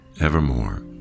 evermore